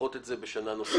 לדחות את זה בשנה נוספת.